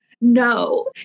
no